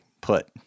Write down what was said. put